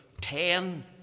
ten